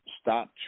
stop